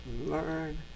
learn